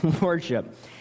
worship